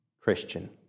Christian